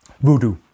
Voodoo